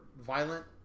violent